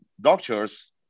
doctors